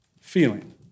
feeling